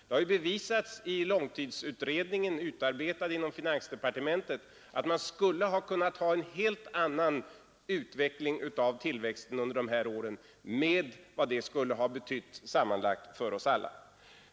Det har ju bevisats i långtidsutredningens betänkande, utarbetat inom finansdepartementet, att man kunde ha haft en helt annan utveckling av tillväxten under de här åren, med vad det skulle ha betytt sammanlagt för oss alla.